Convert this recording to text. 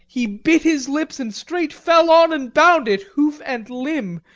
he bit his lips and straight fell on and bound it, hoof and limb,